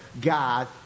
God